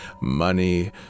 money